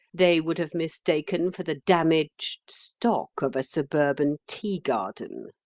they would have mistaken for the damaged stock of a suburban tea-garden.